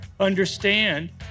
understand